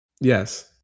Yes